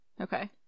Okay